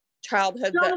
childhood